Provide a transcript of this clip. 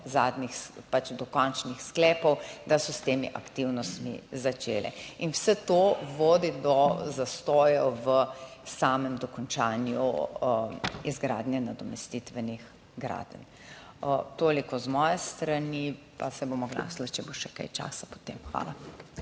čakale pač do končnih sklepov, da so s temi aktivnostmi začele in vse to vodi do zastojev v samem dokončanju izgradnje nadomestitvenih gradenj. Toliko z moje strani, pa se bom oglasila, če bo še kaj časa potem. Hvala.